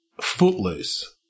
Footloose